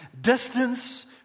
Distance